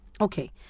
Okay